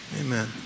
Amen